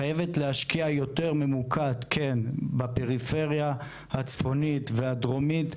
חייבת להשקיע יותר ממוקד בפריפריה הצפונית והדרומית,